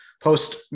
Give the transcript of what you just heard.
post